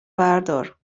بردار